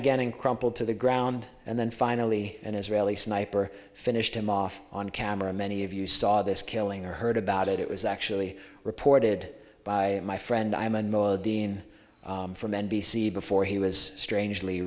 again in crumpled to the ground and then finally an israeli sniper finished him off on camera many of you saw this killing or heard about it it was actually reported by my friend iman mila dean from n b c before he was strangely